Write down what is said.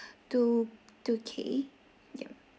two two k